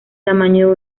tamaño